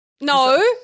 No